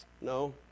No